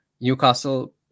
Newcastle